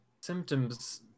Symptoms